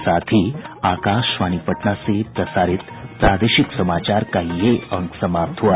इसके साथ ही आकाशवाणी पटना से प्रसारित प्रादेशिक समाचार का ये अंक समाप्त हुआ